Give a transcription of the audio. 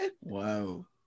Wow